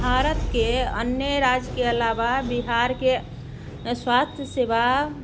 भारतके अन्य राज्यके अलावा बिहारके स्वास्थ्य सेवा